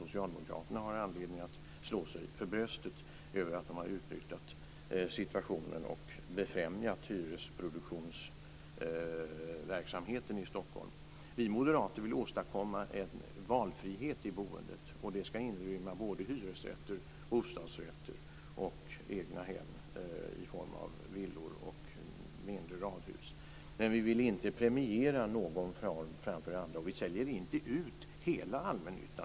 Socialdemokraterna har inte anledning att slå sig för bröstet för den delen och säga att de har främjat produktionen av hyresrätter i Stockholm. Vi moderater vill åstadkomma en valfrihet i boendet. Det ska inrymma hyresrätter, bostadsrätter och egnahem i form av villor och mindre radhus. Vi vill inte premiera någon form framför andra. Vi säljer inte ut hela allmännyttan.